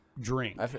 drink